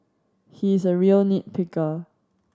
he is a real nit picker